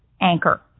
anchor